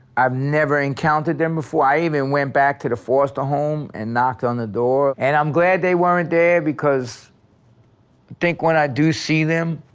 i've never encountered them before, i even went back to the foster home and knocked on the door and i'm glad they weren't there, because i think when i do see them,